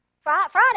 Friday